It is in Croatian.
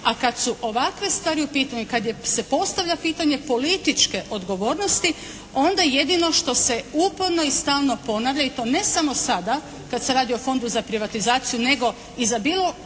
a kada su ovakve stvari u pitanju i kada se postavlja pitanje političke odgovornosti onda jedino što se uporno i stalno ponavlja i to ne samo sada kada se radi o Fondu za privatizaciju nego i za bilo